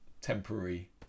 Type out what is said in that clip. temporary